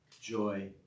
joy